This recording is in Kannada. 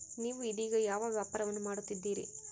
ನೇವು ಇದೇಗ ಯಾವ ವ್ಯಾಪಾರವನ್ನು ಮಾಡುತ್ತಿದ್ದೇರಿ?